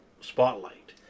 spotlight